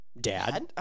dad